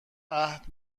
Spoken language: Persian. عهد